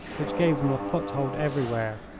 which gave them a foothold everywhere.